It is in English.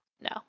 No